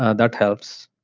ah that helps.